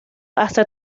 hasta